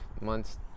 months